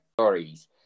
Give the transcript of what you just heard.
stories